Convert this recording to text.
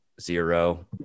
zero